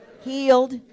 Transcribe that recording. healed